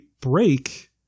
break